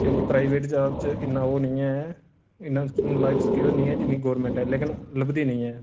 क्यूंकि private job च इन्ना ओह् नीं ऐ इन्ना लाईफ सिक्योर नीं ऐ जिन्ना गोरमैंट ऐ लेकिन लभदी नेईं ऐ